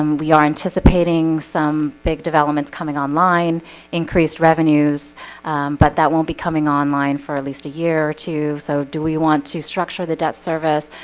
um we are anticipating some big developments coming online increased revenues but that won't be coming online for at least a year or two. so do we want to structure the debt service?